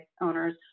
owners